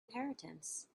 inheritance